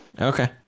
Okay